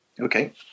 Okay